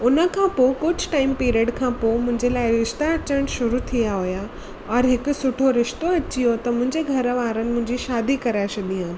उन खां पोइ कुझु टाइम पीरियड खां पोइ मुंहिंजे लाइ रिश्ता अचनि शुरू थिआ हुया और हिक सुठो रिश्तो अची वियो त मुंहिंजे घर वारनि मुंहिंजी शादी कराए छॾी हुयमि